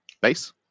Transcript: Base